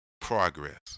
Progress